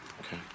Okay